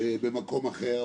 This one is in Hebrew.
במקום אחר.